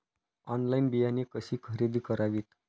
Online बियाणे कशी खरेदी करावीत?